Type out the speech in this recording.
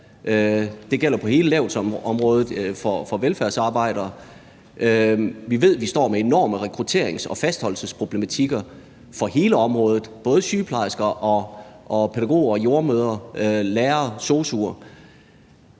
det gælder på hele lavtlønsområdet for velfærdsarbejdere. Vi ved, at vi står med enorme rekrutterings- og fastholdelsesproblematikker for hele området – både sygeplejersker, pædagoger og jordemødre, lærere og sosu'er